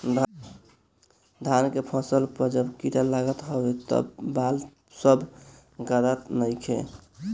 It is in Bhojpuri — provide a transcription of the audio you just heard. धान के फसल पअ जब कीड़ा लागत हवे तअ बाल सब गदात नाइ हवे